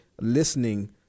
listening